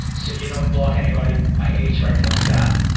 so you don't block anybody by age or anything like that.